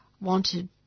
wanted